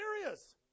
serious